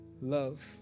love